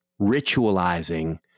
ritualizing